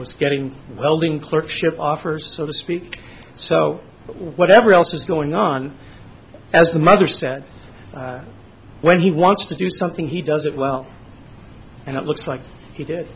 was getting welding clerkship our first so to speak so whatever else was going on as the mother said when he wants to do something he does it well and it looks like he did